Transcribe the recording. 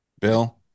Bill